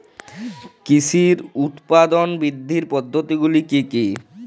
কৃষির উৎপাদন বৃদ্ধির পদ্ধতিগুলি কী কী?